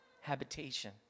habitation